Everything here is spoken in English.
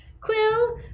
quill